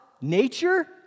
nature